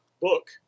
book